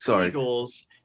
Eagles